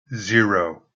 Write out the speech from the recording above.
zero